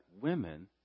women